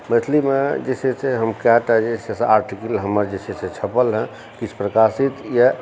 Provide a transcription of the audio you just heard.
मैथिलीमे जे छै से हम कए टा जे छै से आर्टिकल हमर जे छै से छपल हँ किछु प्रकाशित यऽ